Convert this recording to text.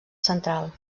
central